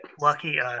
Lucky